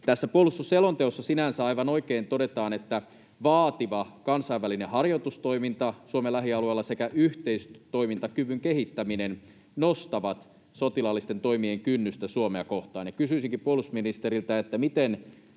sinänsä aivan oikein todetaan, että vaativa kansainvälinen harjoitustoiminta Suomen lähialueilla sekä yhteistoimintakyvyn kehittäminen nostavat sotilaallisten toimien kynnystä Suomea kohtaan,